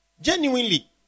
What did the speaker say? Genuinely